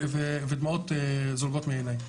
ודמעות זולגות מעיניי.